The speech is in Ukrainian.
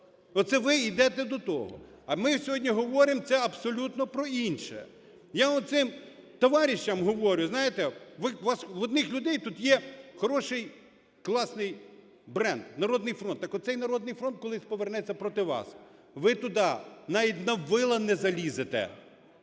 Оце ви ідете до того. А ми сьогодні говоримо, це абсолютно про інше. Я оцим товарищам говорю, знаєте, в одних людей тут є хороший, класний бренд – "Народний фронт". Так оцей "Народний фронт" колись повернеться проти вас. Ви туди навіть на вила не залізете